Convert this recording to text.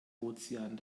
ozean